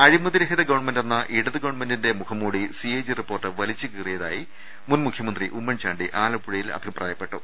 അഴിമതി രഹിത ഗവൺമെന്റെന്ന ഇടതുഗവൺമെന്റിന്റെ മുഖംമൂടി സി എ ജി റിപ്പോർട്ട് വലിച്ചു കീറിയതായി മുൻ മുഖ്യമന്ത്രി ഉമ്മൻചാണ്ടി ആലപ്പുഴയിൽ അഭിപ്രായപ്പെട്ടു